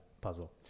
puzzle